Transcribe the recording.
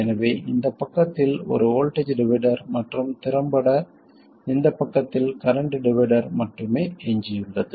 எனவே இந்த பக்கத்தில் ஒரு வோல்ட்டேஜ் டிவைடர் மற்றும் திறம்பட இந்த பக்கத்தில் கரண்ட் டிவைடர் மட்டுமே எஞ்சியுள்ளது